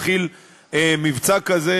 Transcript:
התחיל מבצע כזה,